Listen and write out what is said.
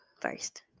first